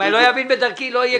אם אני לא אבין בדרכי, לא יהיה כלום.